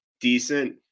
decent